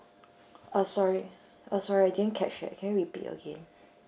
uh sorry uh sorry I didn't catch that can you repeat again